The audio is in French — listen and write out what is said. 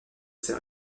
ses